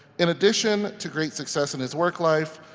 in addition to great success in his work life,